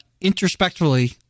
introspectively